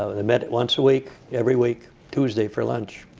ah they met once a week, every week, tuesday for lunch.